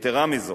יתירה מזו: